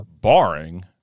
barring